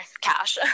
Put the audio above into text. cash